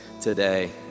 today